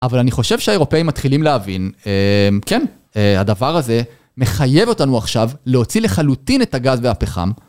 אבל אני חושב שהאירופאים מתחילים להבין, כן, הדבר הזה מחייב אותנו עכשיו להוציא לחלוטין את הגז והפחם